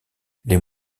les